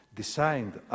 designed